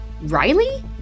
Riley